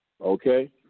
Okay